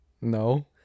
No